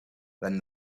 when